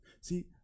See